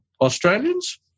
Australians